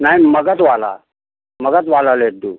नहीं मगध वाला मगध वाला लड्डू